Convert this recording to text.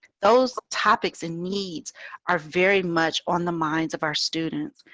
those topics and needs are very much on the minds of our students.